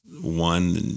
one